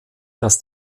dass